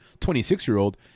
26-year-old